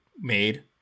made